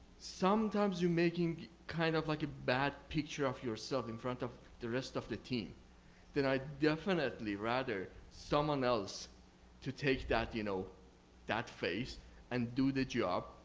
sometimes you're making kind of like a bad picture of yourself in front of the rest of the team then i definitely rather someone else to take that you know that phase and do the job,